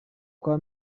kwa